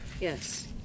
Yes